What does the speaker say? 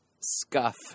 scuff